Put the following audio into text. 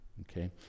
Okay